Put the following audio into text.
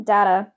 Data